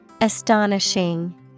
Astonishing